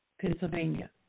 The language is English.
Pennsylvania